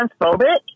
transphobic